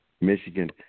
Michigan